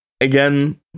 again